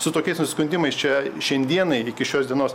su tokiais nusiskundimais čia šiandienai iki šios dienos